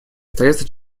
остается